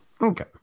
okay